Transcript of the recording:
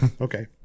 Okay